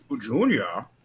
Junior